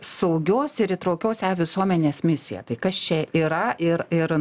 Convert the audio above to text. saugios ir įtraukios visuomenės misija tai kas čia yra ir ir